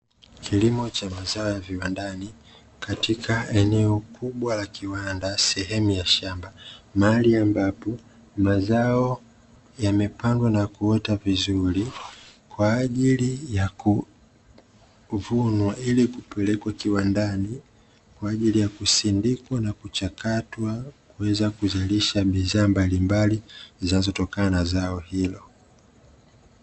Kilimo cha mazao ya viwandani, katika eneo kubwa la kiwanda sehemu ya shamba, mahali ambapo mazao yamepangwa na kuota vizuri kwa ajili ya kuvunwa ili kupelekwa kiwandani kwa ajili ya kusindikwa na kuchakatwa, kuweza kuzalisha bidhaa mbalimbali zinazotokana na zao hilo.